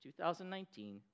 2019